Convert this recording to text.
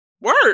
work